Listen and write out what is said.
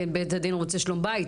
בית הדין רוצה שלום בית,